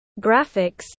Graphics